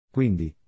Quindi